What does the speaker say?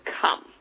come